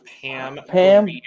Pam